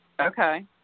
Okay